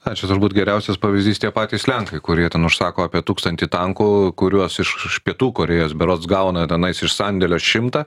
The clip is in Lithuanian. a čia turbūt geriausias pavyzdys tie patys lenkai kurie ten užsako apie tūkstantį tankų kuriuos iš iš pietų korėjos berods gauna tenais iš sandėlio šimtą